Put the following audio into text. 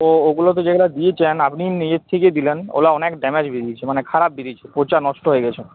তো ওগুলো তো যেগুলা দিয়েছেন আপনি নিজের থেকে দিলেন ওগুলো অনেক ড্যামেজ বেরিয়েছে মানে খারাপ বেরিয়েছে পচা নষ্ট হয়ে গেছে